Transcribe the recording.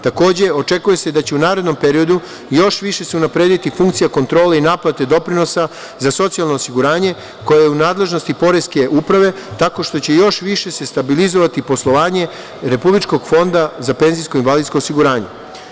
Takođe, očekuje se da će u narednom periodu još više se unaprediti funkcija kontrole i naplate doprinosa za socijalno osiguranje koje je u nadležnosti Poreske uprave, tako što će se još više stabilizovati poslovanje Republičkog Fonda za penzijsko i invalidsko osiguranje.